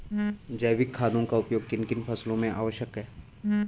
जैविक खादों का उपयोग किन किन फसलों में आवश्यक है?